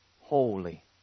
holy